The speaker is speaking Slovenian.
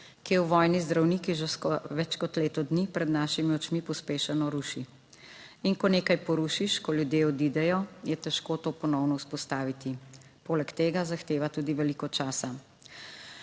ki je v vojni z zdravniki že več kot leto dni, pred našimi očmi pospešeno ruši, in ko nekaj porušiš, ko ljudje odidejo, je težko to ponovno vzpostaviti, poleg tega zahteva tudi veliko časa.